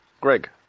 Greg